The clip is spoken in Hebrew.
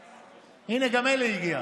הינה, גם אלי הגיע.